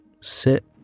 sit